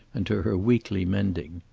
and to her weekly mending.